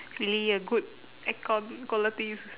really a good aircon qualities